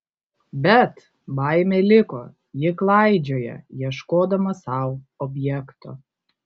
bet baimė liko ji klaidžioja ieškodama sau objekto